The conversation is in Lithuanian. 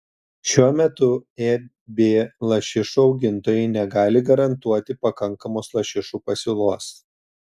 šiuo metu eb lašišų augintojai negali garantuoti pakankamos lašišų pasiūlos